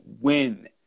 win